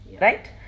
Right